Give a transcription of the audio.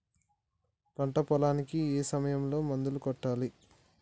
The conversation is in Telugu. పంట పొలానికి ఏ సమయంలో మందులు కొట్టాలి?